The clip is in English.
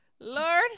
Lord